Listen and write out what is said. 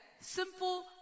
simple